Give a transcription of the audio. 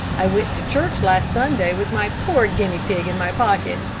i went to church last sunday with my poor guinea pig in my pocket.